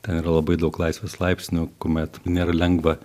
ten yra labai daug laisvės laipsnių kuomet nėra lengva